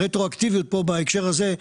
הרטרואקטיביות פה במצב הזה,